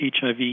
HIV